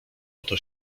oto